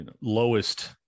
lowest